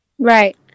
right